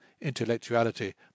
intellectuality